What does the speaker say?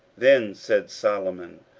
then said solomon,